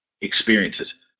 experiences